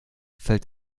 fällt